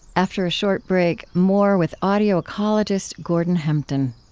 after a short break, more with audio ecologist gordon hempton.